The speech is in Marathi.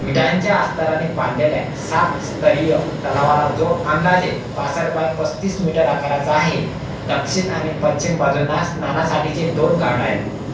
विटांच्या अस्तराने बांधलेल्या सातस्तरीय तलावाला जो अंदाजे पासष्ट बाय पस्तीस मीटर आकाराचा आहे दक्षिण आणि पश्चिम बाजूंना स्नानासाठीचे दोन घाटं आहेत